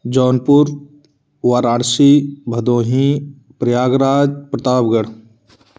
Jaunpur Varanasi Bhadohi Prayagraj Pratapgarh